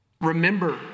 Remember